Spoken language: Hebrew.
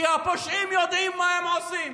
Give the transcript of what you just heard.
כי הפושעים יודעים מה הם עושים.